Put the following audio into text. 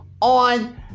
on